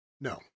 No